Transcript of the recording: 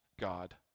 God